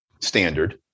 standard